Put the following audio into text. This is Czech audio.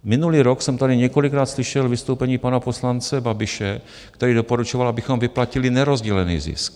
Minulý rok jsem tady několikrát slyšel vystoupení pana poslance Babiše, který doporučoval, abychom vyplatili nerozdělený zisk.